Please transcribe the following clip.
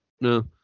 No